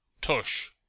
tush